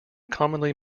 commonly